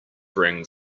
bring